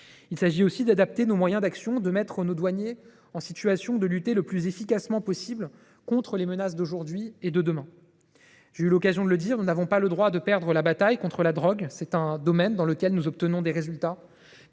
Il s’agit aussi d’adapter nos moyens d’action et de mettre nos douaniers en situation de lutter le plus efficacement possible contre les menaces d’aujourd’hui et de demain. J’ai déjà eu l’occasion de le dire, nous n’avons pas le droit de perdre la bataille contre la drogue. C’est un domaine dans lequel nous obtenons des résultats